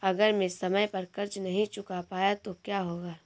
अगर मैं समय पर कर्ज़ नहीं चुका पाया तो क्या होगा?